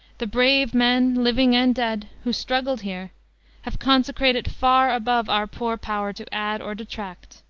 the brave men, living and dead, who struggled here have consecrated it far above our poor power to add or detract.